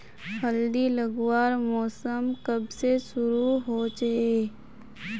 हल्दी लगवार मौसम कब से शुरू होचए?